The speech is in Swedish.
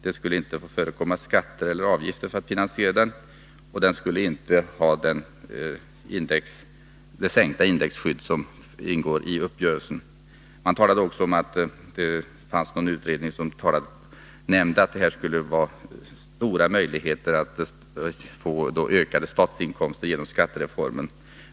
Det skulle inte få förekomma skatter eller avgifter för att finansiera den, och man skulle inte ha det sänkta indexskydd som ingår i uppgörelsen. Gösta Bohman talade också om att man i en utredning kommit fram till att det skulle bli stora möjligheter att få ökade statliga inkomster genom skattereformen.